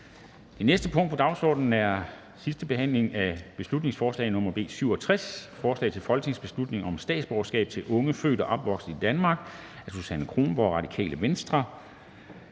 Det næste punkt på dagsordenen er: 4) 2. (sidste) behandling af beslutningsforslag nr. B 67: Forslag til folketingsbeslutning om statsborgerskab til unge født og opvokset i Danmark. Af Susan Kronborg (RV) m.fl.